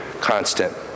constant